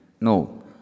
No